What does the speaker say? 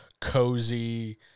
cozy